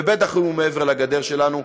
ובטח אם הוא מעבר לגדר שלנו,